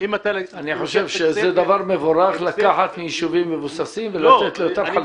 אני חושב שזה דבר מבורך לקחת מיישובים מבוססים ולתת לאותם חלשים.